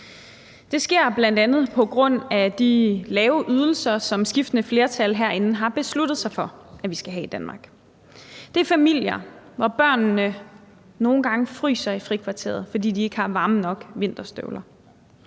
Det sker bl.a. på grund af de lave ydelser, som skiftende flertal herinde har besluttet sig for at vi skal have i Danmark. Det er familier, hvor børnene nogle gange fryser i frikvarteret, fordi de ikke har varme nok vinterstøvler.